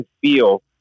feel